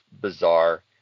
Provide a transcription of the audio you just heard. bizarre